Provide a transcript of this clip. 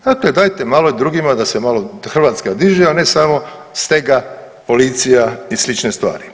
Znate dajte malo i drugima da se malo Hrvatska diže, a ne samo stega, policija i slične stvari.